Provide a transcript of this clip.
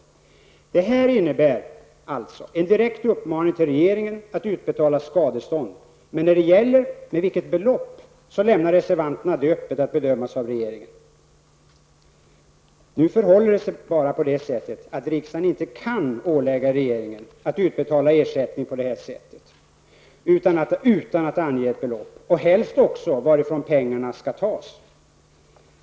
Det innebär en direkt uppmaning till regeringen att utbetala skadestånd, men med vilket belopp lämnar reservanterna öppet att bedömas av regeringen. Nu förhåller det sig på det sättet att riksdagen inte på det här sättet kan ålägga regeringen att utbetala ersättning utan att ange ett belopp och helst också varifrån pengarna skall tas.